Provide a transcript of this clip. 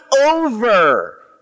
over